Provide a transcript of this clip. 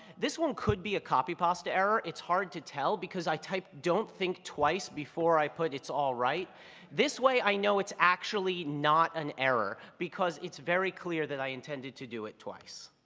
this one could be a copy pasta error, it's hard to tell, because i typed don't think twice before i put it's alright. this way i know it's actually not an error because it's very clear that i intended to do it twice.